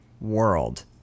world